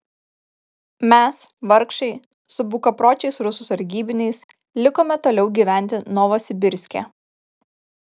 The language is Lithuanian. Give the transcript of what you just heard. mes vargšai su bukapročiais rusų sargybiniais likome toliau gyventi novosibirske